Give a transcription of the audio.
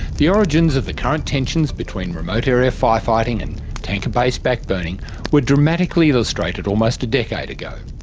the origins of the current tensions between remote area firefighting and tanker-based back-burning were dramatically illustrated almost a decade ago.